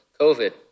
COVID